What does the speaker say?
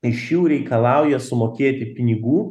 iš jų reikalauja sumokėti pinigų